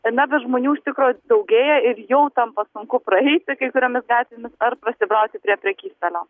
na bet žmonių iš tikro daugėja ir jau tampa sunku praeiti kai kuriomis gatvėmis ar prasibrauti prie prekystalio